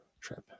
trip